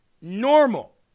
normal